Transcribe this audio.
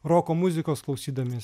roko muzikos klausydamies